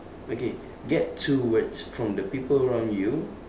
okay get two words from the people around you